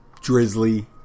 drizzly